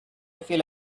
feel